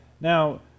Now